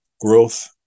growth